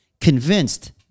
convinced